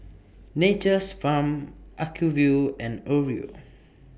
Nature's Farm Acuvue and Oreo